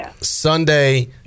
Sunday